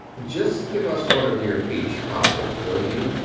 just give us one of your peach cobblers, will you?